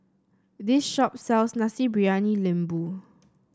this shop sells Nasi Briyani Lembu